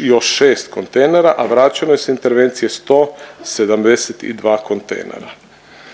još šest kontejnera, a vraćeno je s intervencije 172 kontejnera.